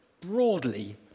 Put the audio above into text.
broadly